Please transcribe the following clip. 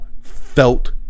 Felt